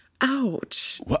ouch